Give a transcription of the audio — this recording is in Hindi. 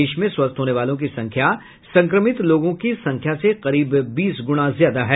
देश में स्वस्थ होने वालों की संख्या संक्रमित लोगों की संख्या से करीब बीस गुणा ज्यादा है